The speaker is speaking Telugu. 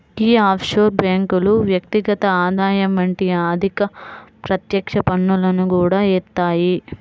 యీ ఆఫ్షోర్ బ్యేంకులు వ్యక్తిగత ఆదాయం వంటి అధిక ప్రత్యక్ష పన్నులను కూడా యేత్తాయి